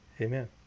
Amen